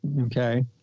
Okay